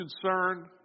concerned